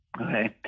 Okay